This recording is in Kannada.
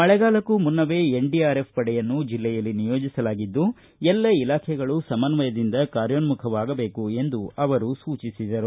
ಮಳೆಗಾಲಕ್ಕೂ ಮುನ್ನವೇ ಎನ್ಡಿಆರ್ಎಫ್ ಪಡೆಯನ್ನು ಜಿಲ್ಲೆಯಲ್ಲಿ ನಿಯೋಜಿಸಲಾಗಿದ್ದು ಎಲ್ಲ ಇಲಾಖೆಗಳು ಸಮನ್ವಯದಿಂದ ಕಾರ್ಯೋನ್ಮುಖವಾಗಬೇಕು ಎಂದು ಸೂಚಿಸಿದರು